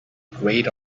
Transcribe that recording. great